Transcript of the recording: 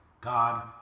God